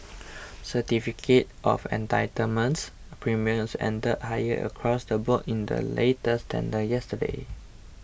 certificate of entitlements premiums ended higher across the board in the latest tender yesterday